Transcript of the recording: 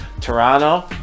Toronto